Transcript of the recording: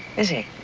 is he?